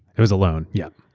it was a loan, yeah.